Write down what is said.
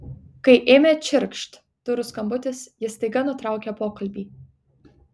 kai ėmė čirkšt durų skambutis ji staiga nutraukė pokalbį